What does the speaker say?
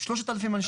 שלושת אלפים אנשים.